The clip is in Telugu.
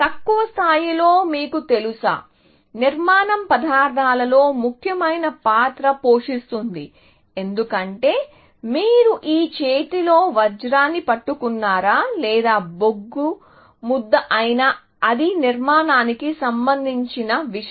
తక్కువ స్థాయిలో మీకు తెలుసా నిర్మాణం పదార్థాలలో ముఖ్యమైన పాత్ర పోషిస్తుంది ఎందుకంటే మీరు మీ చేతిలో వజ్రాన్ని పట్టుకున్నారా లేదా బొగ్గు ముద్ద అయినా అది నిర్మాణానికి సంబంధించిన విషయం